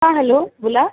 हां हॅलो बोला